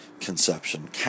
Conception